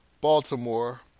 Baltimore